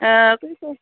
ओं